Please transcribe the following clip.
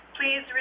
Please